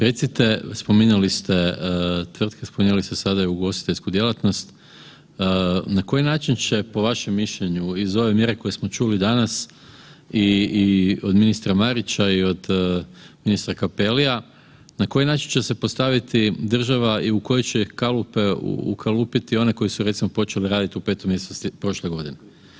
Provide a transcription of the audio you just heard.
Recite, spominjali ste tvrtke, spominjali ste sada i ugostiteljsku djelatnost, na koji način će, po vašem mišljenju iz ove mjere koje smo čuli danas i od ministra Marića i od ministra Cappellija, na koji način će se postaviti država i u koje će ih kalupe ukalupiti one koji su recimo, počeli raditi u 5. mj. prošle godine?